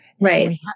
Right